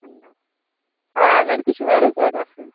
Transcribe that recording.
آ لٔڑکہٕ چھِ واریاہ زیادٕ اَصٕل